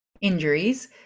injuries